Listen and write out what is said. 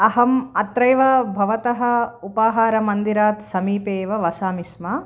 अहम् अत्रैव भवतः उपाहारमन्दिरात् समीपेव वसामि स्म